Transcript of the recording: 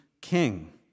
king